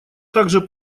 также